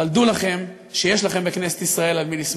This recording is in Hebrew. אבל דעו לכם שיש לכם בכנסת ישראל על מי לסמוך.